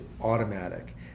automatic